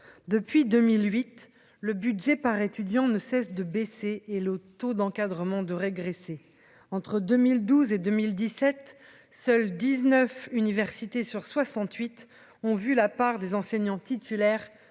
depuis 2008 le budget par étudiant ne cesse de baisser et le taux d'encadrement de régresser entre 2012 et 2017 seuls 19 universités sur 68 ont vu la part des enseignants titulaires